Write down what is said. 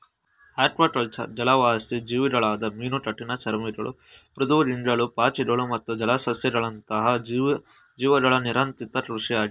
aquaculture ಜಲವಾಸಿ ಜೀವಿಗಳಾದ ಮೀನು ಕಠಿಣಚರ್ಮಿಗಳು ಮೃದ್ವಂಗಿಗಳು ಪಾಚಿಗಳು ಮತ್ತು ಜಲಸಸ್ಯಗಳಂತಹ ಜೀವಿಗಳ ನಿಯಂತ್ರಿತ ಕೃಷಿ